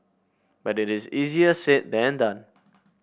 but it is easier said than done